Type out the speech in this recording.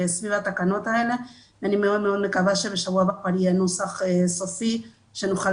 סביב התקנות האלה ואני מאוד מאוד מקווה שבשבוע הבא יהיה נוסח סופי שנוכל